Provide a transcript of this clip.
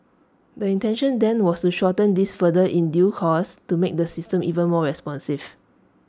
the intention then was A shorten this further in due course to make the system even more responsive